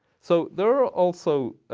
so there are also